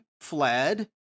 fled